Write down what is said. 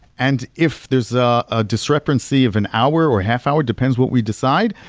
and if there's a ah discrepancy of an hour, or half hour, depends what we decide,